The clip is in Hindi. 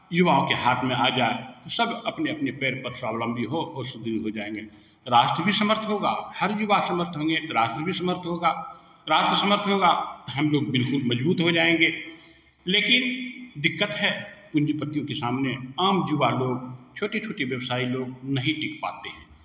युवाओं के हाथ में आ जाए सब अपने अपने पैर पर स्वाबलंबी हो सुदृढ़ हो जाएँगे राष्ट्र भी समर्थ होगा हर युवा समर्थ होंगे तो राष्ट्र भी समर्थ होगा राष्ट्र समर्थ होगा हम लोग बिलकुल मज़बूत हो जाएँगे लेकिन दिक्कत है पूँजीपतियों के सामने आम युवा लोग छोटे छोटे व्यवसायी लोग नहीं टिक पाते हैं